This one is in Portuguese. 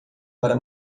para